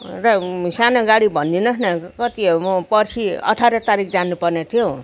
र सानो गाडी भनिदिनोस् न कति हो म पर्सी अठार तारिक जानु पर्ने थियो